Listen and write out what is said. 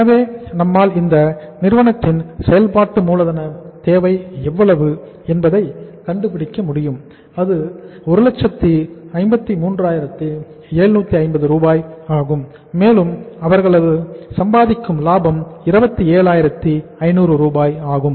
எனவே நம்மால் இந்த நிறுவனத்தின் செயல்பாட்டு மூலதன தேவை எவ்வளவு என்பதை கண்டுபிடிக்க முடியும் அது 153750 ரூபாய் ஆகும் மேலும் அவர்களது சம்பாதிக்கும் லாபம் 27500 ஆகும்